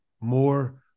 more